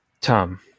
Tom